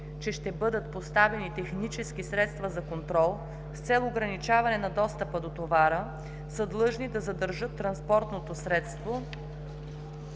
че ще бъдат поставени технически средства за контрол с цел ограничаване на достъпа до товара, са длъжни да задържат транспортното средство